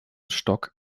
stock